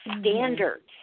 standards